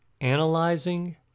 analyzing